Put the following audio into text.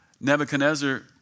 Nebuchadnezzar